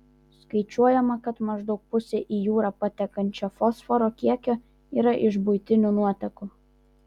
skaičiuojama kad maždaug pusė į jūrą patenkančio fosforo kiekio yra iš buitinių nuotekų